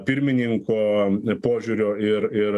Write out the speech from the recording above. pirmininko požiūrio ir ir